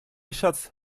schatz